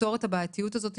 לפתור את הבעייתיות הזאת,